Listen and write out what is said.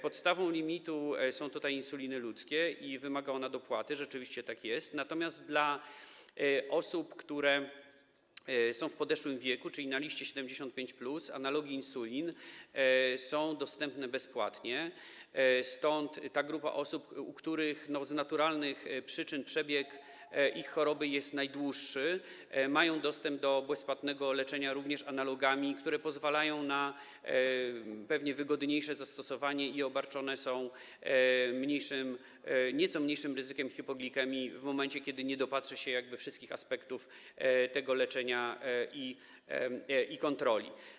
Podstawą limitu są tutaj insuliny ludzkie i wymagają one dopłaty - rzeczywiście tak jest - natomiast dla osób, które są w podeszłym wieku, czyli są objęte listą 75+, analogi insulin są dostępne bezpłatnie, stąd ta grupa osób, u których z naturalnych przyczyn przebieg ich choroby jest najdłuższy, mają dostęp do bezpłatnego leczenia również analogami, które pozwalają na pewnie wygodniejsze zastosowanie i są obarczone nieco mniejszym ryzykiem hipoglikemii w momencie, kiedy nie dopatrzy się wszystkich aspektów tego leczenia i kontroli.